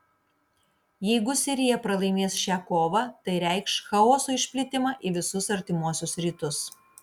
jeigu sirija pralaimės šią kovą tai reikš chaoso išplitimą į visus artimuosius rytus